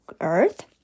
earth